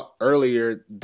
earlier